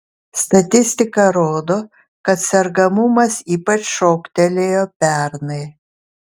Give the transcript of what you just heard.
statistika rodo kad sergamumas ypač šoktelėjo pernai